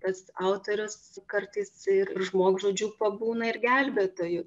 tas autorius kartais ir žmogžudžiu pabūna ir gelbėtoju